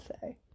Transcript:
say